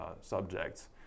subjects